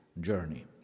journey